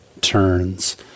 turns